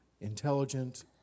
intelligent